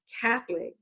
Catholic